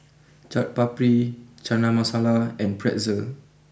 Chaat Papri Chana Masala and Pretzel